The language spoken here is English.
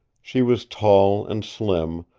she was tall and slim,